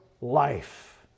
life